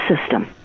system